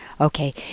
Okay